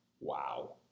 Wow